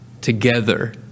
together